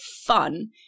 fun